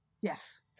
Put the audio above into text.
Yes